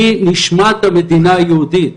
היא נשמת המדינה היהודית,